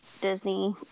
Disney